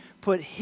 put